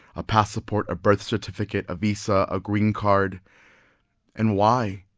a passport, a birth certificate, a visa, a a green card and why?